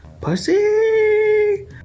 Pussy